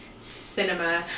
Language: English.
cinema